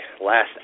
Last